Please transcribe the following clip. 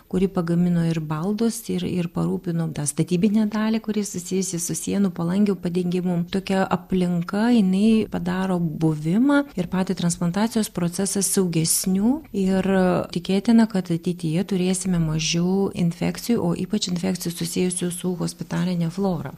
kuri pagamino ir baldus ir ir parūpino tą statybinę dalį kuri susijusi su sienų palangių padengimu tokia aplinka jinai padaro buvimą ir patį transplantacijos procesą saugesniu ir tikėtina kad ateityje turėsime mažiau infekcijų o ypač infekcijų susijusių su hospitaline flora